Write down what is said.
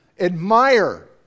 Admire